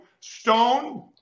STONE